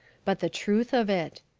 but the truth of it.